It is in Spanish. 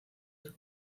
del